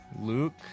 Luke